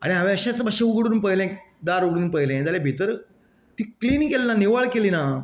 आनी हांवेन अशेंच मात्शें उगडून पळयलें दार उगडून पळयलें जाल्यार भितर ती क्लिन केल्ली ना निवळ केल्ली ना